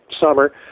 summer